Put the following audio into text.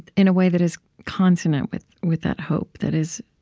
in a way that is consonant with with that hope? that is,